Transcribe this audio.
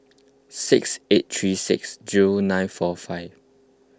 six eight three six zero nine four five